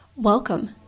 Welcome